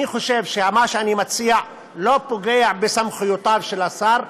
אני חושב שמה שאני מציע לא פוגע בסמכויותיו של השר,